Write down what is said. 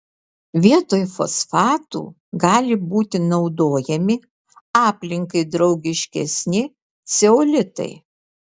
vietoj fosfatų gali būti naudojami aplinkai draugiškesni ceolitai